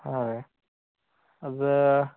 ಹಾಂ ರೀ ಅದು